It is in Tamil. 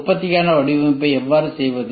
உற்பத்திக்கான வடிவமைப்பை எவ்வாறு செய்வது